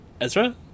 Ezra